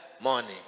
morning